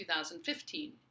2015